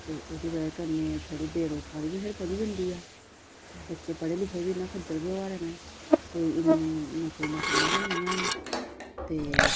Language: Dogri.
ते ओह्दी बजह् कन्नै थोह्ड़ी बेरोजगारी बी फिर बधी जंदी ऐ ते बच्चे पढ़े लिखे बी इन्नां खज्जल गै होआ दे न कोई इन्ने नौकरी नाकरियां बी हैनी हैन ते